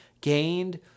gained